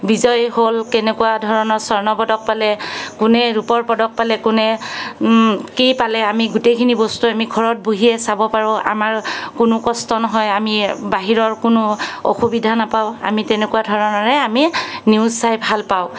বিজয় হ'ল কেনেকুৱা ধৰণৰ স্বৰ্ণ পদক পালে কোনে ৰূপৰ পদক পালে কোনে কি পালে আমি গোটেইখিনি বস্তু আমি ঘৰত বহিয়ে চাব পাৰোঁ আমাৰ কোনো কষ্ট নহয় আমি বাহিৰৰ কোনো অসুবিধা নাপাওঁ আমি তেনেকুৱা ধৰণেৰে আমি নিউজ চাই ভালপাওঁ